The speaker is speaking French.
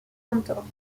cantor